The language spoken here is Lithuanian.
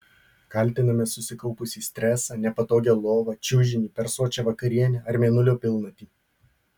kaltiname susikaupusį stresą nepatogią lovą čiužinį per sočią vakarienę ar mėnulio pilnatį